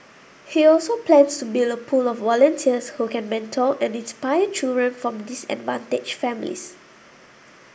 he also plans to build a pool of volunteers who can mentor and inspire children from disadvantaged families